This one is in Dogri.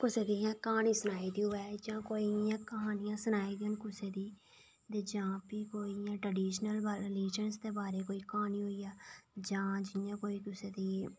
कुसै दी इ'यां क्हानी सनाई दी होऐ जां कोई इ'यां क्हानियां सनाई दी कुसै दी जां भी कोई रिलीजन ट्रैडीशन दे बारे च कोई क्हानी होई जा जां जि'यां कोई कुसै दी